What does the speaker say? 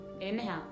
inhale